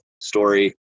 story